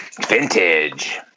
vintage